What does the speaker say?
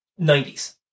90s